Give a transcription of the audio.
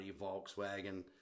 Volkswagen